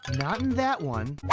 not in that one.